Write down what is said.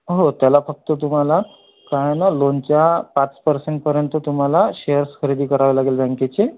हो त्याला फक्त तुम्हाला काय आहे ना लोनच्या पाच पर्सेंटपर्यंत तुम्हाला शेअर्स खरेदी करावे लागेल बँकेचे